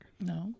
No